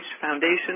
Foundation